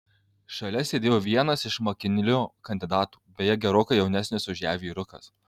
šalia sėdėjo vienas iš makinlio kandidatų beje gerokai jaunesnis už ją vyrukas